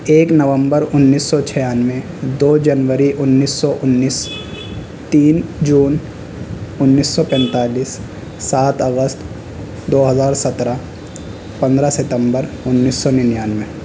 ایک نومبر انیس سو چھیانوے دو جنوری انیس سو انیس تین جون انیس سو پینتالیس سات اگست دو ہزار سترہ پندرہ ستمبر انیس سو ننانوے